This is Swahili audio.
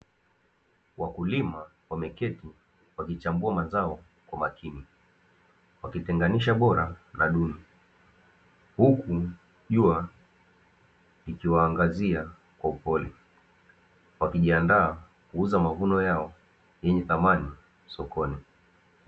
Wakulima wameketi wakichambua mazao kwa makini Wakitenganisha bora na duru, huku jua likiwaangazia upole Wakijiandaa kuuza mavuno yao yenye thamani sokoni.